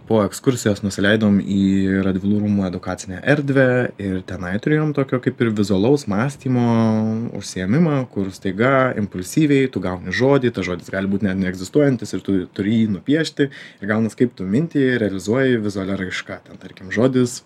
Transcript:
po ekskursijos nusileidom į radvilų rūmų edukacinę erdvę ir tenai turėjom tokio kaip ir vizualaus mąstymo užsiėmimą kur staiga impulsyviai gauni žodį tas žodis gali būt net neegzistuojantis ir tu turi jį nupiešti ir gaunas kaip tu mintį realizuoji vizualia raiška ten tarkim žodis